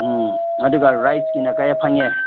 ꯎꯝ ꯑꯗꯨꯒ ꯔꯥꯏꯁꯀꯤꯅ ꯀꯌꯥ ꯐꯪꯉꯦ